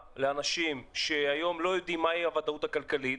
לאנשים שהיום לא יודעים מהי הוודאות הכלכלית,